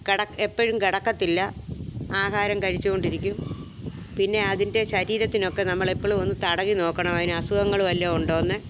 എപ്പോഴും കിടക്കത്തില്ല ആഹാരം കഴിച്ചുകൊണ്ടിരിക്കും പിന്നെ അതിന്റെ ശരീരത്തിനൊക്കെ നമ്മള് എപ്പോഴുമൊന്ന് തടവി നോക്കണം അതിനസുഖങ്ങള് വല്ലതും ഉണ്ടോന്ന്